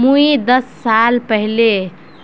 मुई दस साल पहले